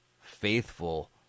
faithful